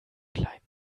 kleinen